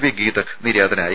V ഗീതക് നിര്യാതനായി